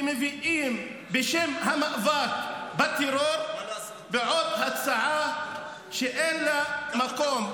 ובשם המאבק בטרור מביאים עוד הצעה שאין לה מקום?